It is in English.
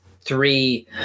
three